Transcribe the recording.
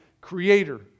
creator